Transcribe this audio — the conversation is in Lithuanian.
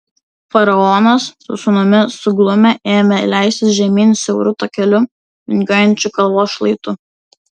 faraonas su sūnumi suglumę ėmė leistis žemyn siauru takeliu vingiuojančiu kalvos šlaitu